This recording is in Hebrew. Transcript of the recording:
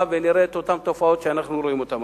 ונראה את אותן תופעות שאנחנו רואים היום.